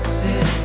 sit